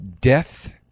Death